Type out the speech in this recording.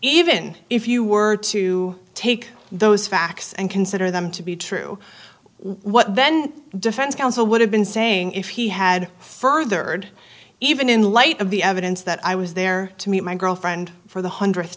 even if you were to take those facts and consider them to be true what then defense counsel would have been saying if he had further even in light of the evidence that i was there to meet my girlfriend for the hundredth